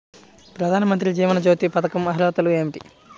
ప్రధాన మంత్రి జీవన జ్యోతి పథకంకు అర్హతలు ఏమిటి?